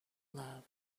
love